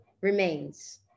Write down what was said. remains